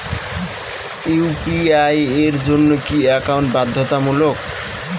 UPI এর জন্য কি একাউন্ট বাধ্যতামূলক?